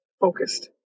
focused